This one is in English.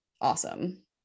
awesome